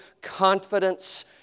confidence